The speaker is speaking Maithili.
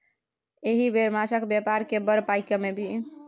एहि बेर माछक बेपार कए बड़ पाय कमबिही